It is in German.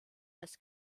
als